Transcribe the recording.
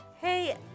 hey